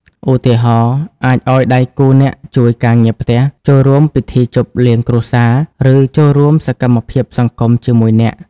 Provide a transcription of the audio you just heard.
ឧទាហរណ៍ អាចឲ្យដៃគូអ្នកជួយការងារផ្ទះ ចូលរួមពិធីជប់លៀងគ្រួសារ ឬចូលរួមសកម្មភាពសង្គមជាមួយអ្នក។